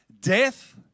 death